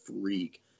freak